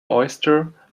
oyster